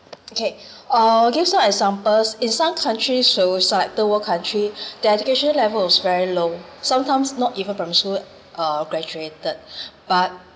okay uh give you some examples in some countries schools like third world country their education level is very low sometimes not even primary school uh graduated but